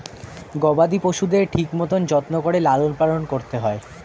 গবাদি পশুদের ঠিক মতন যত্ন করে লালন পালন করতে হয়